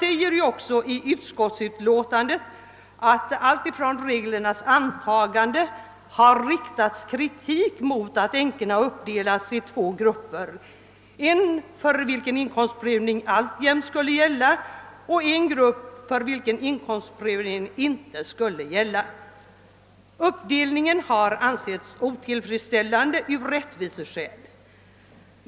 I utskottsutlåtandet framhålles också att alltifrån reglernas antagande har kritik riktats mot att änkorna delas upp i två grupper, en för vilken inkomstprövning alltjämt skall ske och en för vilken inkomstprövning inte skall ske. Uppdelningen har ansetts otillfredsställande av rättviseskäl.